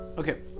Okay